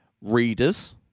readers